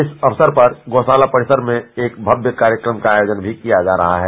इस अवसर पर गोशाला परिसर में एक भव्य कार्यक्रम का आयोजन भी किया जा रहा है